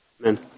amen